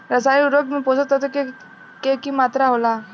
रसायनिक उर्वरक में पोषक तत्व के की मात्रा होला?